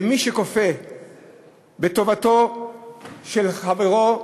ומי שכופה טובתו של חברו,